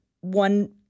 one